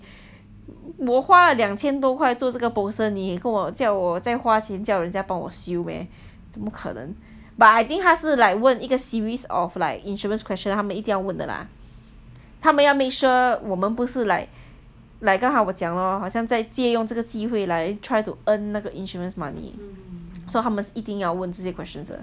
我花了两千多块做这个 poster 你跟我叫我在花钱叫人家帮我修 meh 怎么可能 but I think 他是 like 问一个 series of like insurance question 他们一定要问的 lah 他们要 make sure 我们不是 like like 刚才我讲的 lor 好像在借用这个机会来 try to earn 那个 insurance money so 他们是一定要问这些 questions 的